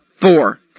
Four